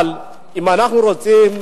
אבל אם אנחנו רוצים,